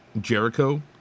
Jericho